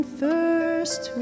first